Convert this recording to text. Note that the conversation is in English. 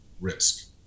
risk